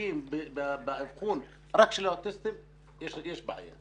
שתומכים באבחון רק של האוטיסטים יש בעיה.